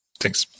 Thanks